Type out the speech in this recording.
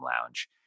lounge